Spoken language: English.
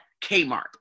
Kmart